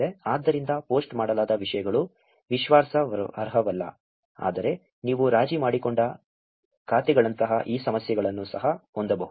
ಆದ್ದರಿಂದ ಪೋಸ್ಟ್ ಮಾಡಲಾದ ವಿಷಯಗಳು ವಿಶ್ವಾಸಾರ್ಹವಲ್ಲ ಆದರೆ ನೀವು ರಾಜಿ ಮಾಡಿಕೊಂಡ ಖಾತೆಗಳಂತಹ ಈ ಸಮಸ್ಯೆಗಳನ್ನು ಸಹ ಹೊಂದಬಹುದು